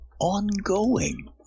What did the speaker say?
ongoing